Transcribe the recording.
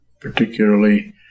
particularly